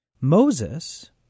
Moses